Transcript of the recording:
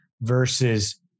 versus